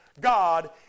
God